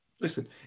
Listen